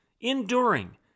enduring